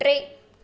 टे